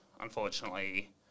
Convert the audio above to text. Unfortunately